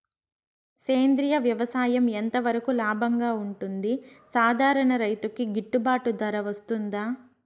సేంద్రియ వ్యవసాయం ఎంత వరకు లాభంగా ఉంటుంది, సాధారణ రైతుకు గిట్టుబాటు ధర వస్తుందా?